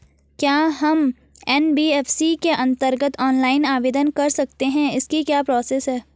क्या हम एन.बी.एफ.सी के अन्तर्गत ऑनलाइन आवेदन कर सकते हैं इसकी क्या प्रोसेस है?